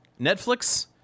Netflix